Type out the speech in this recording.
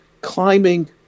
climbing